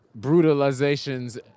brutalizations